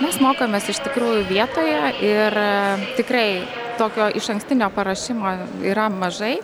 mes mokomės iš tikrųjų vietoje ir tikrai tokio išankstinio paruošimo yra mažai